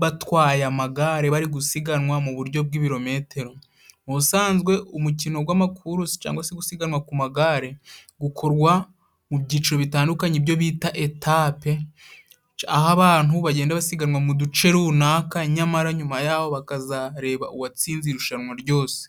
batwaye amagare bari gusiganwa mu buryo bw'ibirometero. Mu busanzwe umukino cangwa se gusiganwa ku magare gukorwa mu byiciro bitandukanye ibyo bita etape aho abantu bagenda basiganwa mu duce runaka nyamara nyuma yaho bakazareba uwatsinze irushanwa ryose.